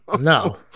No